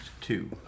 two